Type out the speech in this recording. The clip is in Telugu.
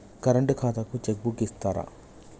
కరెంట్ ఖాతాకు చెక్ బుక్కు ఇత్తరా?